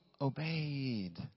obeyed